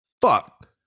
Fuck